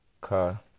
car